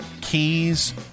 keys